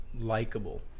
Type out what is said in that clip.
likable